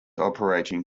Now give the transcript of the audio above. operating